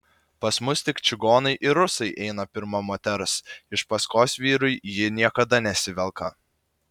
pas mus tik čigonai ir rusai eina pirma moters iš paskos vyrui ji niekada nesivelka